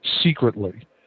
secretly